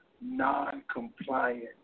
non-compliant